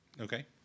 Okay